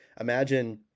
imagine